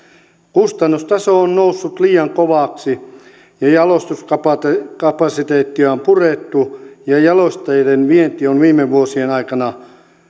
kustannustaso on noussut liian kovaksi ja jalostuskapasiteettia on purettu ja jalosteiden vienti on viime vuosien aikana